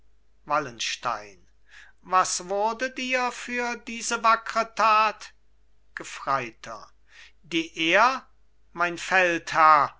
wallenstein was wurde dir für diese wackre tat gefreiter die ehr mein feldherr